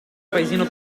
paesino